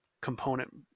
component